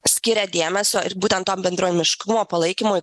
skiria dėmesio ir būtent to bendruomeniškumo palaikymui